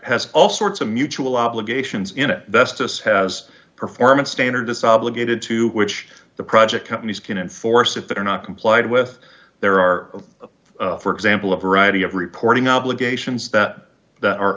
has all sorts of mutual obligations in it best us has performance standards obligated to which the project companies can enforce if they're not complied with there are for example of variety of reporting obligations that that are